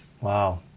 wow